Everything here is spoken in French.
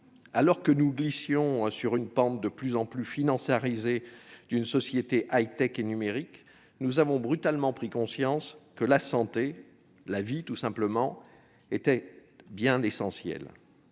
Alors que nous glissions sur la pente de plus en plus financiarisée d'une société high-tech et numérique, nous avons brutalement pris conscience que la santé- la vie, tout simplement -était bien l'essentiel.